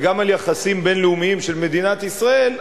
וגם על יחסים בין-לאומיים של מדינת ישראל,